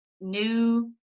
new